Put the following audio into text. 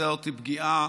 זאת פגיעה